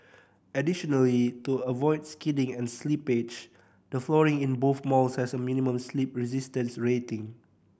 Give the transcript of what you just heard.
additionally to avoid skidding and slippage the flooring in both malls has a minimum slip resistance rating